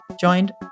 joined